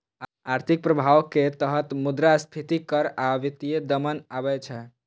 आर्थिक प्रभाव के तहत मुद्रास्फीति कर आ वित्तीय दमन आबै छै